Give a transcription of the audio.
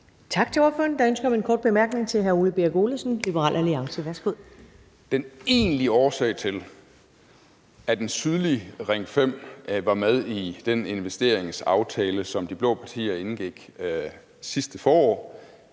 Tak til ordføreren. Der er ønske om en kort bemærkning fra hr. Ole Birk Olesen, Liberal Alliance. Værsgo. Kl. 19:04 Ole Birk Olesen (LA): Den egentlige årsag til, at den sydlige Ring 5 var med i den investeringsaftale, som de blå partier indgik sidste forår,